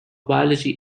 biology